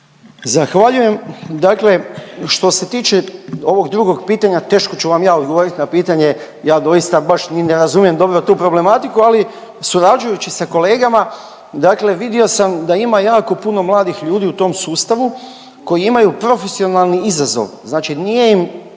Zahvaljujem. Dakle što se tiče ovog drugog pitanja, teško ću vam ja odgovoriti na pitanje, ja doista baš ni ne razumijemo dobro tu problematiku, ali surađujući sa kolegama, dakle vidio sam da ima jako puno mladih ljudi u tom sustavu, koji imaju profesionalni izazov, znači nije im